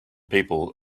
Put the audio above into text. people